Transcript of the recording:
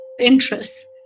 interests